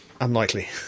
unlikely